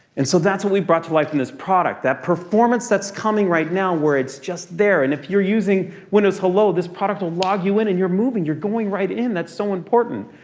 and so that's what we brought to life in this product. that performance that's coming right now where it's just there. and if you're using windows hello this product will log you in, and you're moving. you're going right in. that's so important.